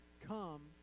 come